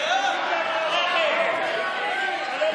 אל תכריח אותי.